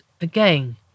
again